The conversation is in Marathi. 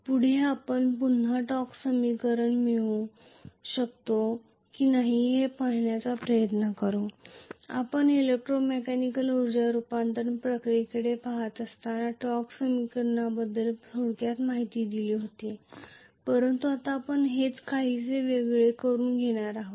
पुढे आपण पुन्हा टॉर्क समीकरण मिळवू शकतो की नाही हे पाहण्याचा प्रयत्न करू आपण इलेक्ट्रोमेकॅनिकली उर्जा रूपांतरण प्रक्रियेकडे पहात असताना टॉर्क समीकरणाबद्दल थोडक्यात माहिती दिली होती परंतु आता आपण हेच काहीसे वेगळे करून घेणार आहोत